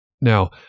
Now